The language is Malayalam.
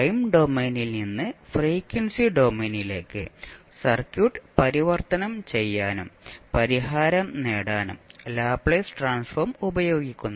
ടൈം ഡൊമെയ്നിൽ നിന്ന് ഫ്രീക്വൻസി ഡൊമെയ്നിലേക്ക് സർക്യൂട്ട് പരിവർത്തനം ചെയ്യാനും പരിഹാരം നേടാനും ലാപ്ലേസ് ട്രാൻസ്ഫോം ഉപയോഗിക്കുന്നു